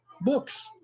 books